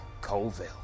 Colville